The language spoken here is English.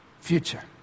future